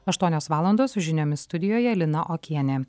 aštuonios valandos su žiniomis studijoje lina okienė